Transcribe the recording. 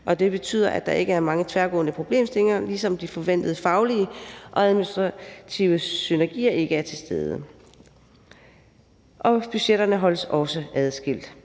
Det betyder, at der ikke er mange tværgående problemstillinger, ligesom de forventede faglige og administrative synergier ikke er til stede. Budgetterne holdes også adskilt.